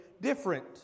different